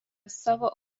savo